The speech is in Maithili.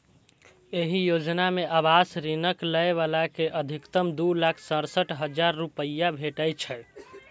एहि योजना मे आवास ऋणक लै बला कें अछिकतम दू लाख सड़सठ हजार रुपैया भेटै छै